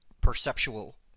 perceptual